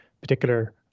particular